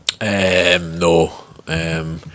No